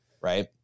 right